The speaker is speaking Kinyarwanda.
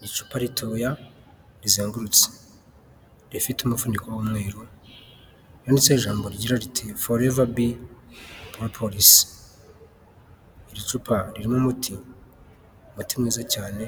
N'icupa ritoya rizengurutse, rifite umufuniko w'umweru munsi hari ijambo rigira riti " Forever Bee Propolis" iricupa ririmo umuti ,umuti mwiza cyane